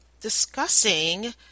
discussing